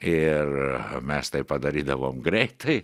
ir mes tai padarydavom greitai